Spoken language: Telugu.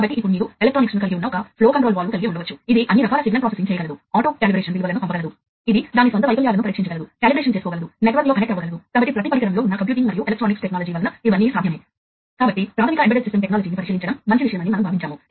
కాబట్టి ఇక్కడ మీరు అనేక పరికరాల కలిగి ఉండవచ్చు ఒక వైర్కు ఒక పరికరం ఉండవచ్చు కొన్నిసార్లు మీరు కొన్ని పరికరాలను సిరీస్లో కనెక్ట్ చేయవచ్చు ఫీల్డ్ బస్సులో మీరు పెద్ద సంఖ్యలో పరికరాలను కనెక్ట్ చేయవచ్చు మరియు రిపీటర్లు మరియు ఇతరాలను ఉపయోగించడం ద్వారా ఈ పరికరాలను మరింత పెంచవచ్చు